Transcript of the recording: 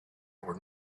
were